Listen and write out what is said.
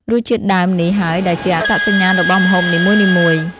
រសជាតិដើមនេះហើយដែលជាអត្តសញ្ញាណរបស់ម្ហូបនីមួយៗ។